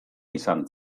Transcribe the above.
izan